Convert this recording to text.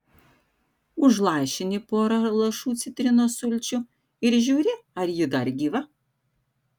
užlašini porą lašų citrinos sulčių ir žiūri ar ji dar gyva